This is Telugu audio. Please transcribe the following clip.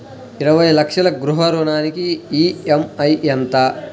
ఇరవై లక్షల గృహ రుణానికి ఈ.ఎం.ఐ ఎంత?